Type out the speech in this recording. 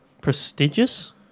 Prestigious